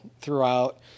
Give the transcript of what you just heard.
throughout